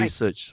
research